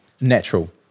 Natural